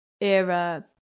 era